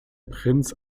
prinz